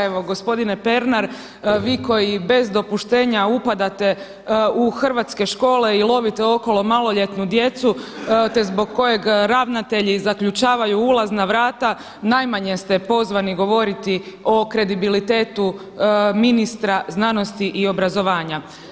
Evo gospodine Pernar, vi koji bez dopuštenja upadate u hrvatske škole i lovite okolo maloljetnu djecu, te zbog kojeg ravnatelji zaključavaju ulazna vrata najmanje ste pozvani govoriti o kredibilitetu ministra znanosti i obrazovanja.